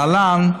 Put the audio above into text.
להלן: